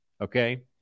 Okay